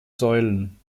säulen